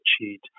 cheat